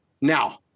Now